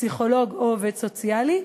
פסיכולוג או עובד סוציאלי,